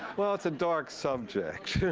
well, it's a dark subject.